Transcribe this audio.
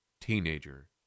teenager